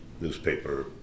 newspaper